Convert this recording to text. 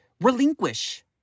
relinquish